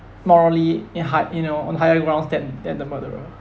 morally in high you know on higher grounds than than the murderer